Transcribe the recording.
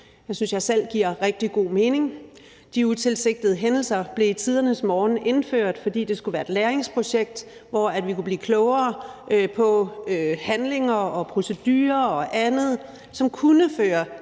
Det synes jeg selv giver rigtig god mening. Indberetning af utilsigtede hændelser blev i tidernes morgen indført, fordi det skulle være et læringsprojekt, hvor vi kunne blive klogere på handlinger og procedurer og andet, som kunne være